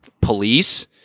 police